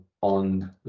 on